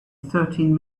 thirteen